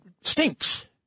stinks